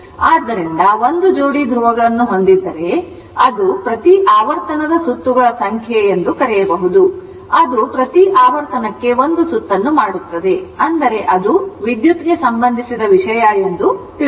ಆದ್ದರಿಂದ 1 ಜೋಡಿ ಧ್ರುವಗಳನ್ನು ಹೊಂದಿದ್ದರೆ ಅದು ಪ್ರತಿ ಆವರ್ತನದ ಸುತ್ತುಗಳ ಸಂಖ್ಯೆ ಎಂದು ಕರೆಯಬಹುದು ಅದು ಪ್ರತಿ ಆವರ್ತನಕ್ಕೆ 1 ಸುತ್ತನ್ನು ಮಾಡುತ್ತದೆ ಅಂದರೆ ಅದು ವಿದ್ಯುತ್ ಗೆ ಸಂಬಂಧಿಸಿದ ವಿಷಯ ಎಂದು ತಿಳಿದಿದೆ